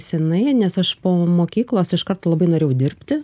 senai nes aš po mokyklos iškart labai norėjau dirbti